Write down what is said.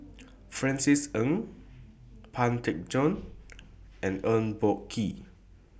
Francis Ng Pang Teck Joon and Eng Boh Kee